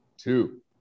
two